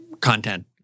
content